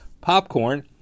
popcorn